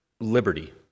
liberty